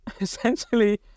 essentially